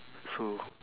so